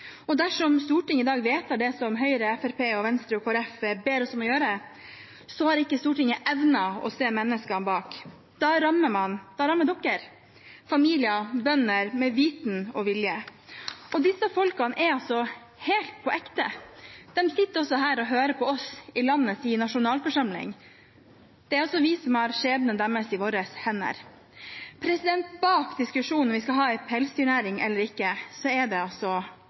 og dersom Stortinget i dag vedtar det som Høyre, Fremskrittspartiet, Venstre og Kristelig Folkeparti ber oss om å gjøre, har ikke Stortinget evnet å se menneskene bak. Da rammer man familier, bønder, med vitende og vilje. Disse folkene er altså helt «på ekte», de sitter her og hører på oss i landets nasjonalforsamling. Det er vi som har skjebnen deres i våre hender. Bak diskusjonen om vi skal ha en pelsdyrnæring eller ikke, er det altså